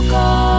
go